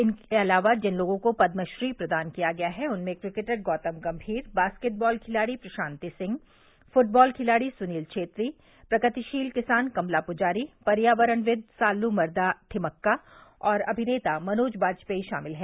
इसके अलावा जिन लोगों को पद्म श्री प्रदान किया गया है उनमें क्रिकेटर गौतम गम्मीर बास्केटबाल खिलाड़ी प्रशांति सिंह फृटबॉल खिलाड़ी सुनील छेत्री प्रगतिशील किसान कमला पुजारी पर्यावरणविद साल्लुमरदा थिमक्का और अमिनेता मनोज बाजपेयी शामिल हैं